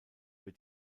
wird